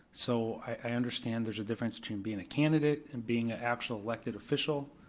so, i understand there's a difference between being a candidate and being an actual elected official.